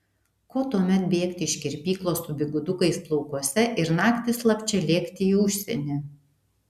ko tuomet bėgti iš kirpyklos su bigudukais plaukuose ir naktį slapčia lėkti į užsienį